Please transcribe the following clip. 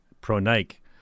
pro-Nike